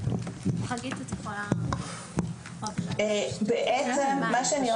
ולקבל את התשובות, ללכת ל-א', ב', ג', ד',